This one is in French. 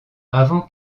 avant